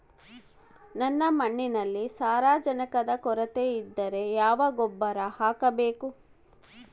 ನನ್ನ ಮಣ್ಣಿನಲ್ಲಿ ಸಾರಜನಕದ ಕೊರತೆ ಇದ್ದರೆ ಯಾವ ಗೊಬ್ಬರ ಹಾಕಬೇಕು?